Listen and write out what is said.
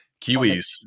Kiwis